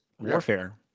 warfare